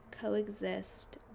coexist